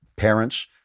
Parents